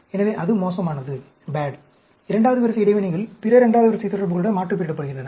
எனவே அது மோசமானது இரண்டாவது வரிசை இடைவினைகள் பிற இரண்டாவது வரிசை தொடர்புகளுடன் மாற்றுப்பெயரிடப்படுகின்றன